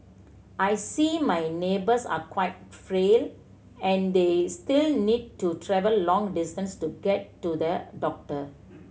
I see my neighbours are quite frail and they still need to travel long distances to get to the doctor